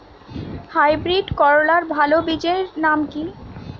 Hybrid করলার ভালো বীজের নাম কি?